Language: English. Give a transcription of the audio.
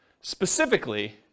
specifically